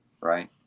right